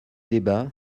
débat